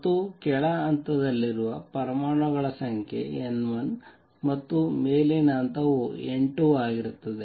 ಮತ್ತು ಕೆಳ ಹಂತದಲ್ಲಿರುವ ಪರಮಾಣುಗಳ ಸಂಖ್ಯೆ N1 ಮತ್ತು ಮೇಲಿನ ಹಂತವು N2 ಆಗಿರುತ್ತದೆ